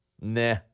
nah